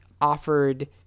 offered